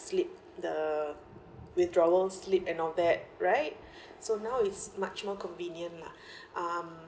slip the withdrawal slip and all that right so now is much more convenient lah um